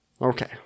Okay